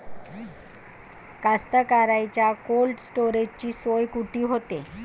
कास्तकाराइच्या कोल्ड स्टोरेजची सोय कुटी होते?